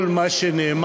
כל מה שנאמר,